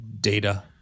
data